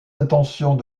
intentions